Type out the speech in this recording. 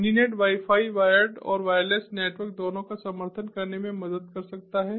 Mininet wifi wired और wireless network दोनों का समर्थन करने में मदद कर सकता है